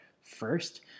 first